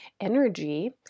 energy